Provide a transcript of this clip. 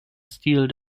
stil